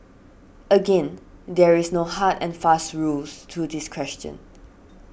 again there is no hard and fast rules to this question